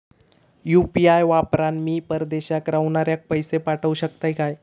UPI वापरान मी परदेशाक रव्हनाऱ्याक पैशे पाठवु शकतय काय?